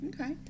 Okay